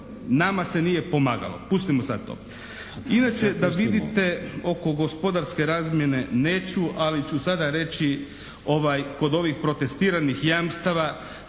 nama se nije pomagalo. Pustimo sad to. Inače da vidite oko gospodarske razmjene neću ali ću sada reći kod ovih protestiranih jamstava.